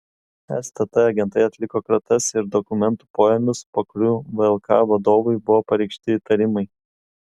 stt agentai atliko kratas ir dokumentų poėmius po kurių vlk vadovui buvo pareikšti įtarimai